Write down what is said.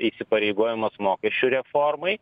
įsipareigojimas mokesčių reformai